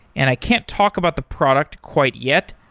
and i can't talk about the product quite yet,